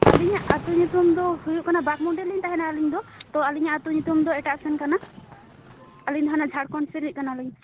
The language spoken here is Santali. ᱟᱹᱞᱤᱧᱟᱜ ᱟᱹᱛᱩ ᱧᱩᱛᱩᱢ ᱫᱚ ᱦᱩᱭᱩᱜ ᱠᱟᱱᱟ ᱵᱟᱜᱷᱢᱩᱱᱰᱤ ᱨᱮᱞᱤᱧ ᱛᱟᱦᱮᱱᱟ ᱟᱹᱞᱤᱧ ᱫᱚ ᱛᱚ ᱟᱹᱞᱤᱧᱟᱜ ᱟᱹᱛᱩ ᱧᱩᱛᱩᱢ ᱫᱚ ᱮᱴᱟᱜ ᱥᱮᱱ ᱠᱟᱱᱟ ᱟᱹᱞᱤᱧ ᱫᱚ ᱦᱟᱱᱮ ᱡᱷᱟᱲᱠᱷᱚᱱᱰ ᱥᱮᱱᱤᱡ ᱠᱟᱱᱟ ᱞᱤᱧ